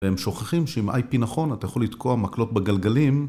הם שוכחים שאם איי פי נכון אתה יכול לתקוע מקלות בגלגלים